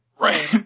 Right